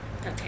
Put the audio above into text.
Okay